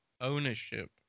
ownership